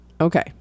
Okay